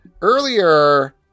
earlier